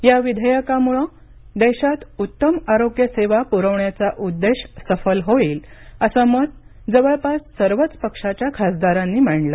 या विधेयकामुळे देशात उत्तम आरोग्य सेवा पुरवण्याचा उद्देश सफल होईल असं मत जवळपास सर्वच पक्षांच्या खासदारांनी मांडलं